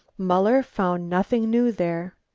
muller found nothing new there.